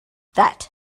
that